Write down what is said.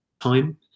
time